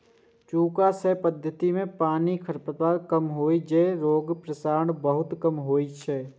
चूंकि अय पद्धति मे पानिक खपत कम होइ छै, तें रोगक प्रसार बहुत कम होइ छै